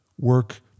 work